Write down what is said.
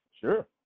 Sure